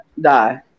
die